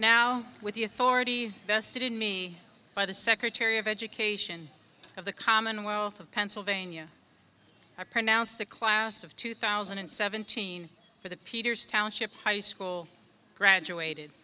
now with the authority vested in me by the secretary of education of the commonwealth of pennsylvania i pronounced the class of two thousand and seventeen for the peters township high school graduated